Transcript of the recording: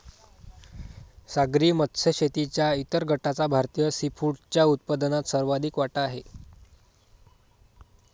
सागरी मत्स्य शेतीच्या इतर गटाचा भारतीय सीफूडच्या उत्पन्नात सर्वाधिक वाटा आहे